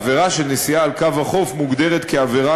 עבירה של נסיעה על קו החוף מוגדרת כעבירה